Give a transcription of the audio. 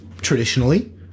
traditionally